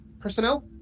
personnel